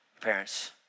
parents